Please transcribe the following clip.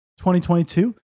2022